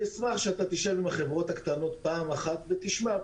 אני אשמח שאתה תשב עם החברות הקטנות פעם אחת ותשמע,